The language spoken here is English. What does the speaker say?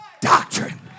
doctrine